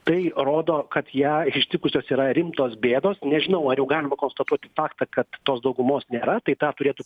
tai rodo kad ją ištikusios yra rimtos bėdos nežinau ar jau galima konstatuoti faktą kad tos daugumos nėra tai tą turėtų